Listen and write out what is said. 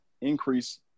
increase